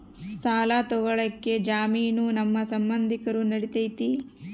ಸಾಲ ತೊಗೋಳಕ್ಕೆ ಜಾಮೇನು ನಮ್ಮ ಸಂಬಂಧಿಕರು ನಡಿತೈತಿ?